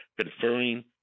conferring